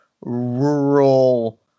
rural